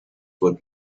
what